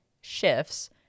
shifts